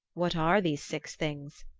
what are these six things?